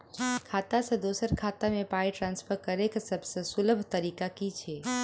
खाता सँ दोसर खाता मे पाई ट्रान्सफर करैक सभसँ सुलभ तरीका की छी?